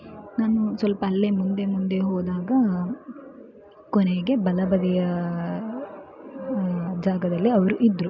ನಾನು ಸ್ವಲ್ಪ ಅಲ್ಲೇ ಮುಂದೆ ಮುಂದೆ ಹೋದಾಗ ಕೊನೆಗೆ ಬಲ ಬದಿಯ ಜಾಗದಲ್ಲಿ ಅವರು ಇದ್ದರು